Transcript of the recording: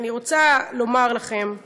ואני רוצה לומר לכם,